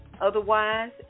Otherwise